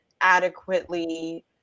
adequately